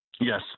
yes